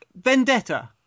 Vendetta